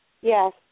Yes